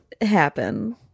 happen